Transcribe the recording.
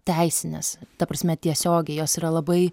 teisinės ta prasme tiesiogiai jos yra labai